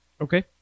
Okay